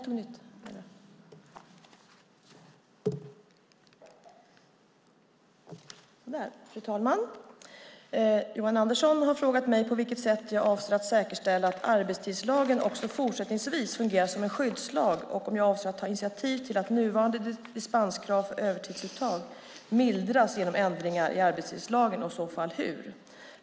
Fru talman! Johan Andersson har frågat mig på vilket sätt jag avser att säkerställa att arbetstidslagen också fortsättningsvis fungerar som en skyddslag och om jag avser att ta initiativ till att nuvarande dispenskrav för övertidsuttag mildras genom ändringar i arbetstidslagen och i så fall hur.